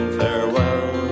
farewell